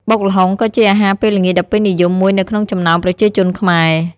បុកល្ហុង ក៏ជាអាហារពេលល្ងាចដ៏ពេញនិយមមួយនៅក្នុងចំំំណោមប្រជាជនខ្មែរ។